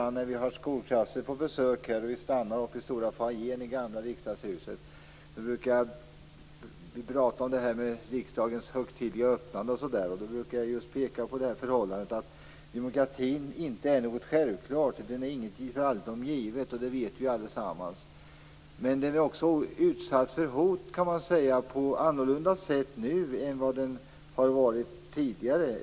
När vi har skolklasser på besök brukar vi stanna uppe i stora foajén i gamla Riksdagshuset och prata om bl.a. riksdagens högtidliga öppnande, och då brukar jag peka på just det förhållandet: Demokratin är inte något självklart. Den är inget för allom givet, och det vet vi allesammans. Men den är också utsatt för hot på andra sätt nu än tidigare.